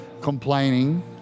complaining